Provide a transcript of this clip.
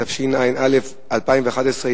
התשע"א 2011,